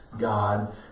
God